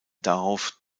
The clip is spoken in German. darauf